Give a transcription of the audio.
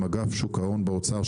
עם אגף שוק ההון באוצר,